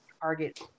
target